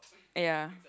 ya